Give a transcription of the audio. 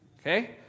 Okay